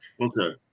Okay